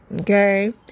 Okay